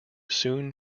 soon